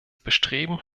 bestreben